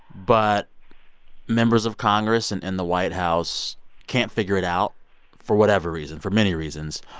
but members of congress and and the white house can't figure it out for whatever reason for many reasons.